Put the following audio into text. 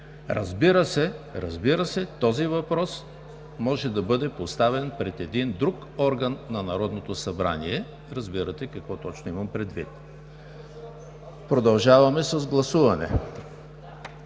Разбира се, този въпрос може да бъде поставен пред един друг орган на Народното събрание – разбирате какво точно имам предвид. Продължаваме с гласуване.